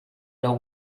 know